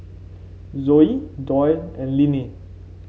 Zoie Doyle and Linnie